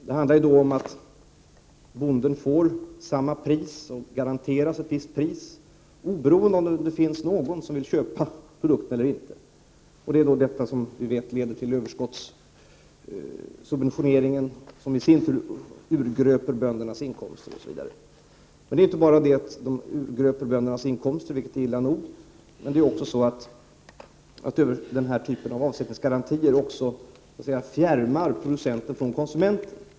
Det handlar då om att bonden garanteras ett visst pris, oberoende av om det finns någon som vill köpa produkterna eller inte. Det leder, som vi vet, till en överskottssubventionering, som i sin tur urgröper böndernas inkomster, osv. Men det är inte bara det att den urgröper böndernas inkomster, vilket är illa nog — den här typen av avsättningsgarantier fjärmar också producenten från konsumenten.